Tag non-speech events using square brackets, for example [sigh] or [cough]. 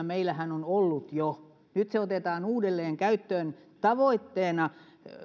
[unintelligible] meillähän on ollut jo samantyyppinen järjestelmä ja nyt se otetaan uudelleen käyttöön tavoitteena